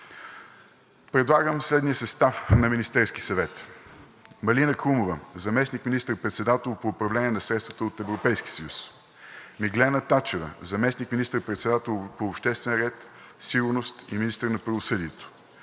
Предлагам следния състав на Министерския съвет. - Малина Крумова – заместник министър-председател по управление на средствата от Европейския съюз; - Миглена Тачева – заместник министър-председател по обществен ред и сигурност и министър на правосъдието;